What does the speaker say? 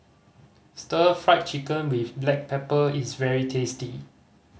Stir Fried Chicken with black pepper is very tasty